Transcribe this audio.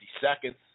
seconds